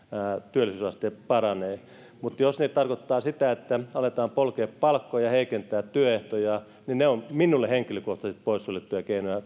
työllisyysaste paranee mutta jos ne tarkoittavat sitä että aletaan polkea palkkoja heikentää työehtoja niin ne ovat minulle henkilökohtaisesti poissuljettuja keinoja